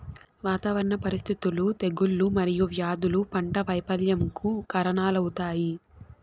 వాతావరణ పరిస్థితులు, తెగుళ్ళు మరియు వ్యాధులు పంట వైపల్యంకు కారణాలవుతాయి